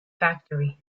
factory